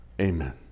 Amen